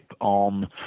on